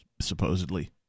supposedly